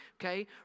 Okay